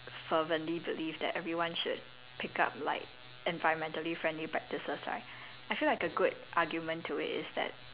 fervently believe that everyone should pick up like environmentally friendly practices like I feel like a good argument to it is that